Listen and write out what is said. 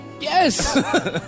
Yes